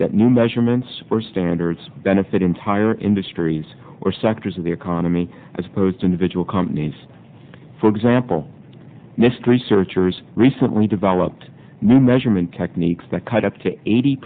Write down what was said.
that new measurements were standards benefit entire industries or sectors of the economy as opposed to individual companies for example mr researchers recently developed new measurement techniques that cut up to eighty